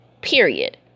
period